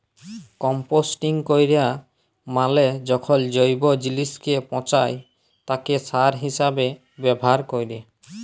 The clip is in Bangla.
কম্পোস্টিং ক্যরা মালে যখল জৈব জিলিসকে পঁচায় তাকে সার হিসাবে ব্যাভার ক্যরে